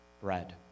bread